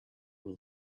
will